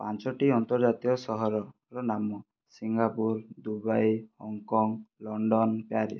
ପାଞ୍ଚୋଟି ଅନ୍ତର୍ଜାତୀୟ ସହରର ନାମ Singapore Dubai Hong Kong London Paris